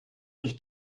nicht